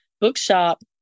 Bookshop